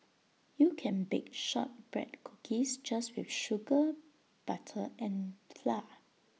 you can bake Shortbread Cookies just with sugar butter and flour